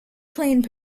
plane